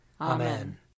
Amen